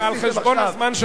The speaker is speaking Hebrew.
זה על חשבון הזמן שלך.